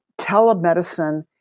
telemedicine